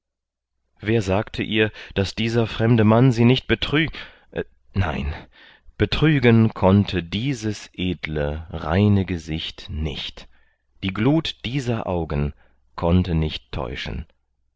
wer sagte ihr daß dieser fremde mann sie nicht betr nein betrügen konnte dieses edle reine gesicht nicht die glut dieser augen konnte nicht täuschen